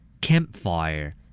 Campfire